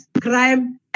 crime